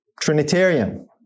Trinitarian